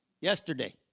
yesterday